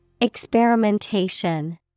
Experimentation